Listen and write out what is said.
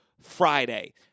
Friday